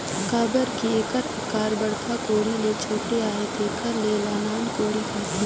काबर कि एकर अकार बड़खा कोड़ी ले छोटे अहे तेकर ले एला नान कोड़ी कहथे